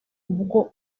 ubwo